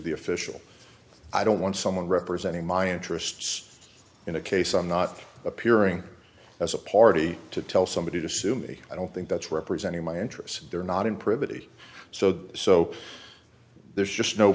the official i don't want someone representing my interests in a case i'm not appearing as a party to tell somebody to sue me i don't think that's representing my interests they're not in privity so so there's just no